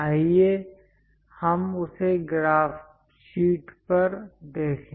आइए हम उसे ग्राफ शीट पर देखें